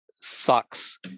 sucks